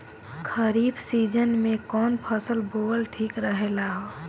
खरीफ़ season में कौन फसल बोअल ठिक रहेला ह?